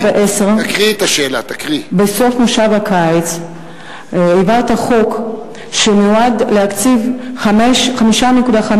בסוף מושב הקיץ העברתי חוק שמיועד להקציב 5.5